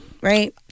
Right